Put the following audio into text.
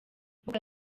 mbuga